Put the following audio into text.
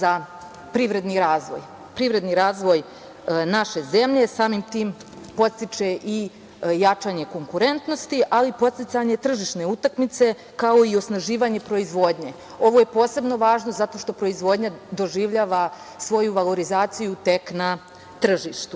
Privredni razvoj naše zemlje samim tim podstiče jačanje konkurentnosti, ali podsticanje tržišne utakmice, kao i osnaživanje proizvodnje. Ovo je posebno važno zato što proizvodnja doživljava svoju valorizaciju tek na tržištu. Ono